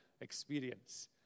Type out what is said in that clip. experience